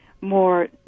more